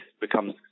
becomes